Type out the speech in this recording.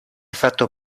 fatto